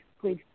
please